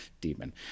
demon